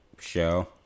show